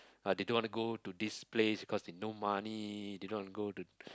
ah they don't wanna go to this place because they no money they don't want to go to